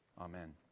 Amen